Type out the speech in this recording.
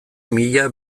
mila